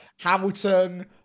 Hamilton